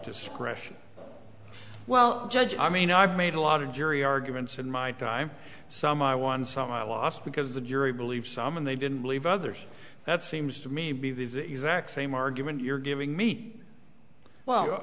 discretion well judge i mean i've made a lot of jury arguments in my time some i won some i lost because the jury believed some and they didn't believe others that seems to me be the exact same argument you're giving me well